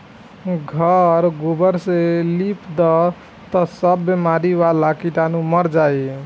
घर गोबर से लिप दअ तअ सब बेमारी वाला कीटाणु मर जाइ